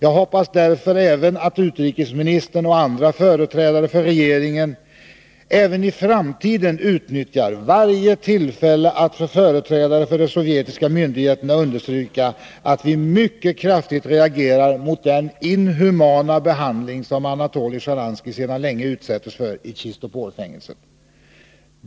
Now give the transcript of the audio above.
Jag hoppas därför också att utrikesministern och andra företrädare för regeringen även i framtiden utnyttjar varje tillfälle att för företrädare för de sovjetiska myndigheterna understryka att vi mycket kraftigt reagerar mot den inhumana behandling som Anatoly Sjtjaranskij sedan länge utsätts för i Chistopolfängelset.